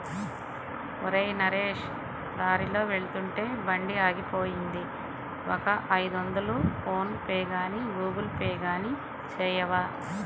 ఒరేయ్ నరేష్ దారిలో వెళ్తుంటే బండి ఆగిపోయింది ఒక ఐదొందలు ఫోన్ పేగానీ గూగుల్ పే గానీ చేయవా